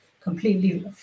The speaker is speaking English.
completely